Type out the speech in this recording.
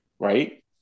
Right